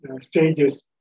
stages